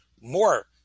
more